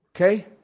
Okay